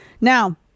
Now